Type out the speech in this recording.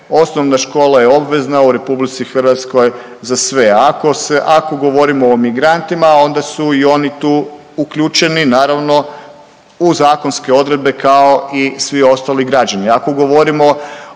Osnovna škola je obvezna u RH za sve. Ako govorimo o migrantima, onda su i oni tu uključeni, naravno u zakonske odredbe kao i svi ostali građani. Ako govorimo o